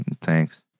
Thanks